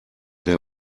der